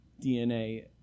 dna